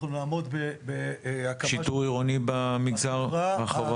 שיטור עירוני במגזר?